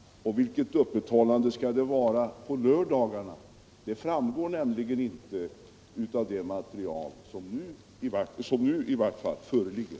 Vilket öppethållande skall det vara på lördagarna? Det framgår nämligen inte av det material som nu föreligger.